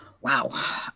Wow